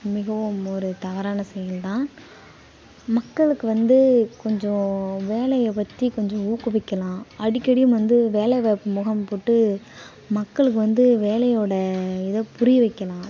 மிகவும் ஒரு தவறான செயல்தான் மக்களுக்கு வந்து கொஞ்சம் வேலையை பற்றி கொஞ்சம் ஊக்குவிக்கலாம் அடிக்கடி அவங்க வந்து வேலைவாய்ப்பு முகாம் போட்டு மக்களுக்கு வந்து வேலையோடய இதைப் புரிய வைக்கலாம்